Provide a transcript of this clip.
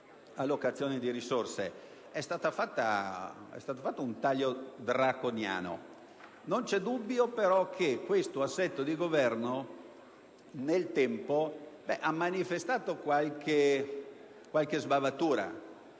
allocazione di risorse: è stato operato un taglio draconiano! Non c'è dubbio però che questo assetto di Governo nel tempo ha manifestato qualche sbavatura;